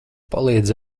palīdzi